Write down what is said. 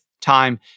time